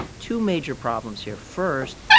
two major problems here first,